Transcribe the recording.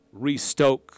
restoke